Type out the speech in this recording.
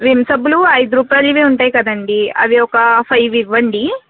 Vim సబ్బులు ఐదు రూపాయలవి ఉంటాయ్ కదండీ అవి ఒక ఫైవ్ ఇవ్వండీ